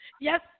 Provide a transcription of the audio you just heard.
yes